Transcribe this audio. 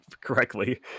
correctly